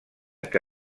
que